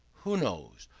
who knows?